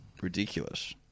ridiculous